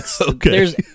Okay